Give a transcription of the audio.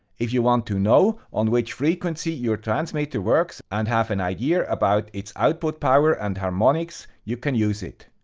if you want to know on which frequency your transmitter works and have an idea about its output power and harmonics, you can use it.